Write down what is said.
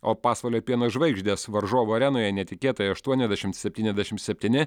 o pasvalio pieno žvaigždės varžovų arenoje netikėtai aštuoniasdešimt septyniasdešim septyni